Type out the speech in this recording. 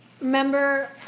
Remember